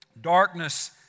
Darkness